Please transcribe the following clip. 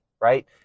right